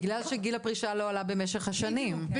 בגלל שגיל הפרישה לא עלה במשך השנים.